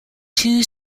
two